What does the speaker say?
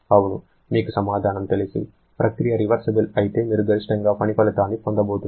అవును మీకు సమాధానం తెలుసు ప్రక్రియ రివర్సిబుల్ అయితే మీరు గరిష్టంగా పని ఫలితాన్ని పొందబోతున్నారు